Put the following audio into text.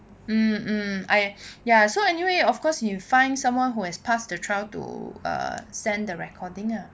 um um I ya so anyway of course you find someone who has passed the trial to err send the recording lah